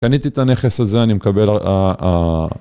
קניתי את הנכס הזה, אני מקבל ה...